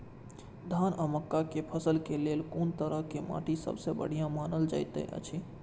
धान आ मक्का के फसल के लेल कुन तरह के माटी सबसे बढ़िया मानल जाऐत अछि?